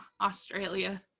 Australia